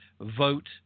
vote